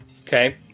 Okay